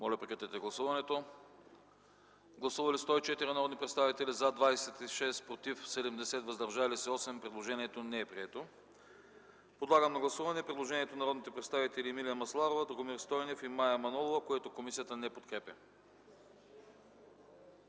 комисията не подкрепя. Гласували 104 народни представители: за 26, против 70, въздържали се 8. Предложението не е прието. Подлагам на гласуване предложението на народните представители Емилия Масларова, Драгомир Стойнев и Мая Манолова, което комисията не подкрепя.